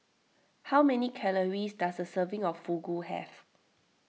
how many calories does a serving of Fugu have